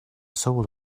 soul